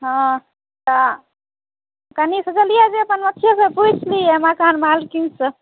हँ सएह कनि सोचलियै जे अथीएसॅं पूछि लियै मकानमाल्किनसॅं